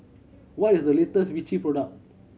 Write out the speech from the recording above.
what is the latest Vichy product